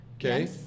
Okay